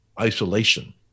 isolation